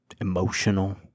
emotional